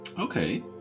Okay